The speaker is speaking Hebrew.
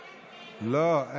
לא.